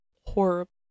horrible